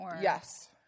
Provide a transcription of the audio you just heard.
Yes